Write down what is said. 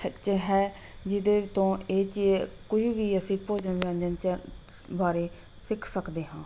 ਹ 'ਚ ਹੈ ਜਿਹਦੇ ਤੋਂ ਇਹ 'ਚ ਕੋਈ ਵੀ ਅਸੀਂ ਭੋਜਨ ਵਿਅੰਜਨ 'ਚ ਸ ਬਾਰੇ ਸਿੱਖ ਸਕਦੇ ਹਾਂ